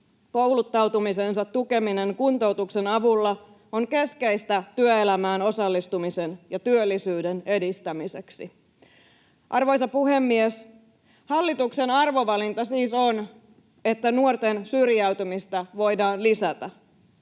kouluttautumisensa tukeminen kuntoutuksen avulla on keskeistä työelämään osallistumisen ja työllisyyden edistämiseksi. Arvoisa puhemies! Hallituksen arvovalinta siis on, että nuorten syrjäytymistä voidaan lisätä.